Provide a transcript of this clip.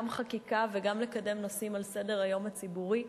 חקיקה וגם נושאים העומדים על סדר-היום הציבורי.